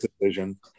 decision